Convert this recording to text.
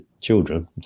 children